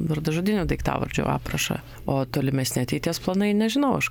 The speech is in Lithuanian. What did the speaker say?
vardažodinių daiktavardžių aprašą o tolimesni ateities planai nežinau aš